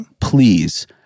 Please